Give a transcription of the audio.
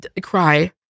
cry